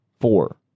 Four